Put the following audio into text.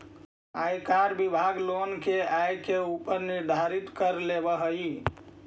आयकर विभाग लोगन के आय के ऊपर निर्धारित कर लेवऽ हई